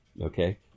okay